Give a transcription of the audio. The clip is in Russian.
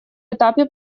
этапе